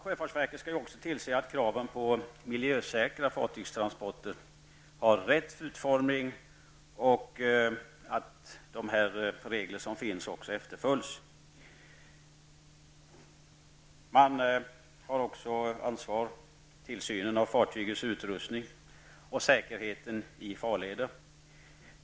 Sjöfartsverket skall också se till att kraven på miljösäkra fartygstransporter har rätt utformning och att de regler som finns efterföljs. Man har också ansvaret för tillsynen av fartygens utrustning samt säkerheten i farleder.